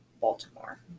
Baltimore